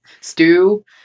stew